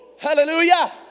Hallelujah